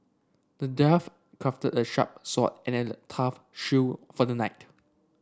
the dwarf crafted a sharp sword and a tough for the knight